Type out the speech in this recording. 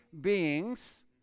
beings